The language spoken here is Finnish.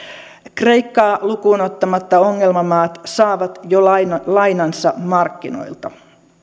kreikkaa lukuun ottamatta ongelmamaat saavat jo lainansa markkinoilta